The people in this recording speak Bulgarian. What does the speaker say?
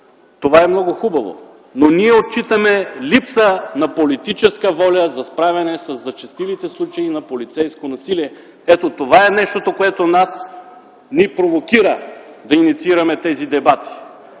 това е много хубаво. Ние обаче отчитаме липса на политическа воля за справяне със зачестилите случаи на полицейско насилие. Това ни провокира да инициираме тези дебати.